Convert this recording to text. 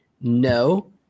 no